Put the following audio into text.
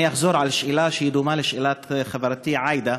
אני אחזור על שאלה שדומה לשאלת חברתי עאידה,